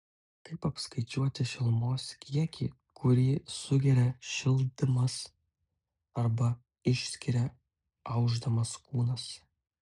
kaip apskaičiuoti šilumos kiekį kurį sugeria šildamas arba išskiria aušdamas kūnas